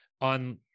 on